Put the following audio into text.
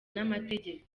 n’amategeko